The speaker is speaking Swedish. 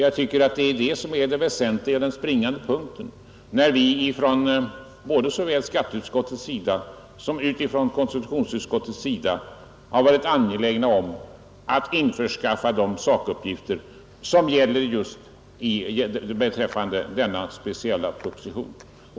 Jag tycker att det är det som är den springande punkten när vi såväl i skatteutskottet som i konstitutionsutskottet har varit angelägna om att införskaffa de sakuppgifter som gäller just beträffande denna speciella proposition.